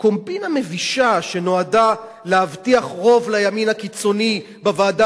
קומבינה מבישה שנועדה להבטיח רוב לימין הקיצוני בוועדה